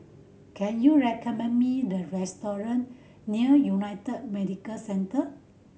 can you recommend me the restaurant near United Medicare Centre